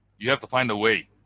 you have to find a way